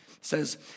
says